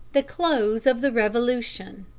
the close of the revolution.